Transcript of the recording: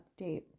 update